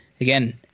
Again